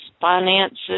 finances